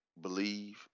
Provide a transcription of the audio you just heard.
believe